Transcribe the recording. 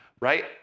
right